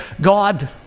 God